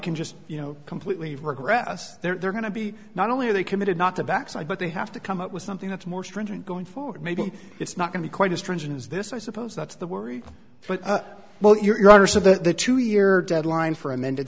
can just you know completely regress they're going to be not only are they committed not to backslide but they have to come up with something that's more stringent going forward maybe it's not going to be quite a stringent as this i suppose that's the worry but well you are so the two year deadline for amended